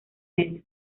medio